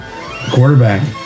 quarterback